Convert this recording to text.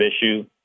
issue